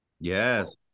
Yes